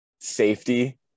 safety